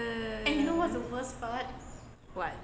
what